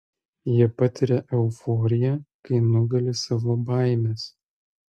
jie patiria euforiją kai nugali savo baimes